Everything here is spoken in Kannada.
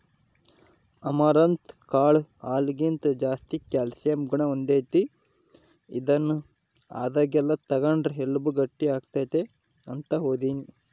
ಅಮರಂತ್ ಕಾಳು ಹಾಲಿಗಿಂತ ಜಾಸ್ತಿ ಕ್ಯಾಲ್ಸಿಯಂ ಗುಣ ಹೊಂದೆತೆ, ಇದನ್ನು ಆದಾಗೆಲ್ಲ ತಗಂಡ್ರ ಎಲುಬು ಗಟ್ಟಿಯಾಗ್ತತೆ ಅಂತ ಓದೀನಿ